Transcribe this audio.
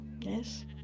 Yes